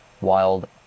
wild